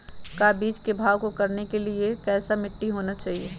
का बीज को भाव करने के लिए कैसा मिट्टी होना चाहिए?